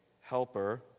helper